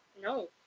No